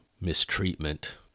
mistreatment